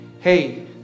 Hey